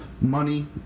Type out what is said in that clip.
money